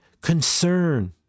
concern